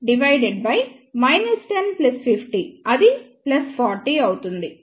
divided by 1050 అది 40 అవుతుంది